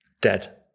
dead